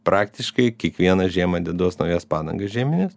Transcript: praktiškai kiekvieną žiemą deduos naujas padangas žiemines